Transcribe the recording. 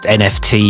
nft